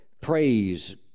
Praise